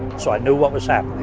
so i knew what was happening.